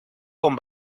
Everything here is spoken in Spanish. con